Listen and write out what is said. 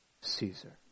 Caesar